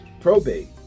probate